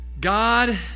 God